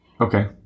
okay